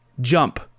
jump